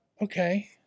okay